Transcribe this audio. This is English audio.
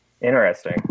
Interesting